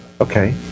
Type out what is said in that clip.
Okay